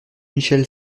michel